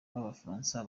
b’abafaransa